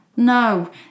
No